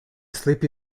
sleepy